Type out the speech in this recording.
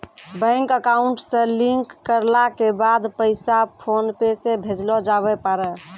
bank account से link करला के बाद पैसा फोनपे से भेजलो जावै पारै